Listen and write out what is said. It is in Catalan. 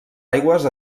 aigües